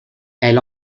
elle